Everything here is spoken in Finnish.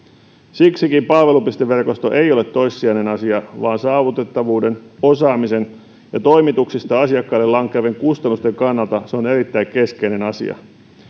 siksikään palvelupisteverkosto ei ole toissijainen asia vaan saavutettavuuden osaamisen ja toimituksista asiakkaille lankeavien kustannusten kannalta se on erittäin keskeinen asia